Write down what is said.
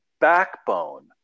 backbone